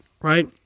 right